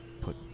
put